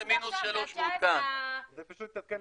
עכשיו זה מינוס 3. זה התעדכן.